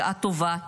בשעה טובה,